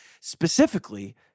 specifically